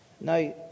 Now